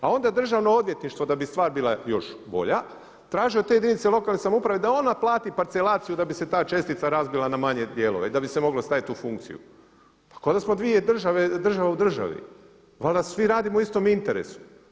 A onda Državno odvjetništvo da bi stvar bila još bolja traže od te jedinice lokalne samouprave da ona plati parcelaciju da bi se ta čestica razbila na manje dijelove i da bi se mogla staviti u funkciju pa kao da smo dvije države, država u državi, valjda svi radimo u istom interesu.